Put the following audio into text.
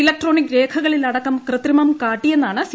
electronic രേഖകളിലടക്കം കൃത്രിമം കാട്ടിയെന്നാണ് സി